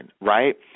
right